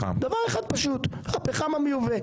דבר אחד פשוט, הפחם המיובא.